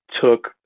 took